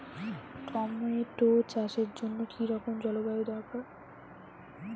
Tomato চাষের জন্য কি রকম জলবায়ু দরকার?